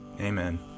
Amen